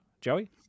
Joey